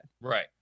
right